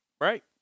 Right